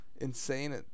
insane